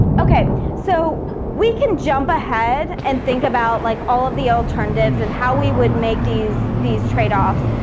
okay, so we can jump ahead and think about like all of the alternatives and how we would make these these trade-offs,